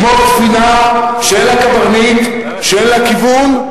כמו ספינה שאין לה קברניט, שאין לה כיוון,